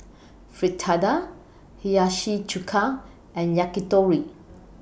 Fritada Hiyashi Chuka and Yakitori